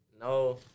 No